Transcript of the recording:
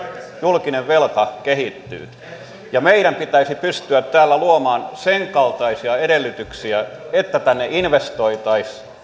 julkinen velka kehittyy meidän pitäisi pystyä täällä luomaan sen kaltaisia edellytyksiä että tänne investoitaisiin